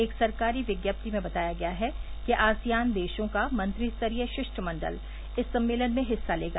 एक सरकारी विज्ञप्ति में बताया गया है कि आसियान देशों का मंत्री स्तरीय शिष्टमंडल इस सम्मेलन में हिस्सा लेगा